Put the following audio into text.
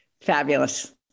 fabulous